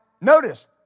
notice